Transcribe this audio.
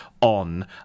on